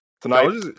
Tonight